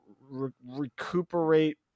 recuperate